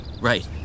Right